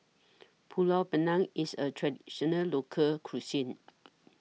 Pulut Panggang IS A Traditional Local Cuisine